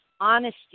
honesty